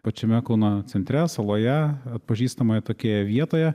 pačiame kauno centre saloje atpažįstamoje tokioje vietoje